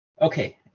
okay